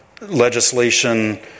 legislation